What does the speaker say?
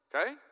okay